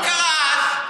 מה קרה אז?